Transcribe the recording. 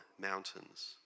mountains